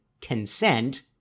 consent